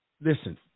listen